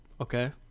okay